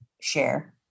share